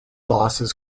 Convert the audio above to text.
losses